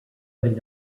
but